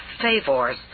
favors